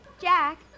Jack